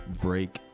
break